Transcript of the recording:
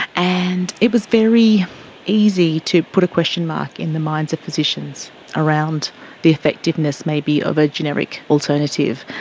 and it was very easy to put a question mark in the minds of physicians around the effectiveness maybe of a generic alternative.